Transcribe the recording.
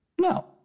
No